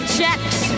checks